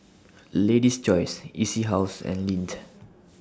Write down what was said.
Lady's Choice E C House and Lindt